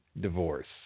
divorce